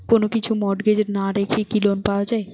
কোন কিছু মর্টগেজ না রেখে কি লোন পাওয়া য়ায়?